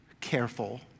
careful